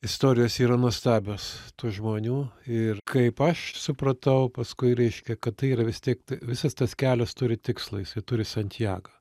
istorijos yra nuostabios tų žmonių ir kaip aš supratau paskui reiškia kad tai yra vis tiek ta visas tas kelias turi tikslą jisai turi santjagą